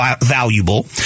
valuable